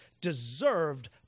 deserved